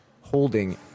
holding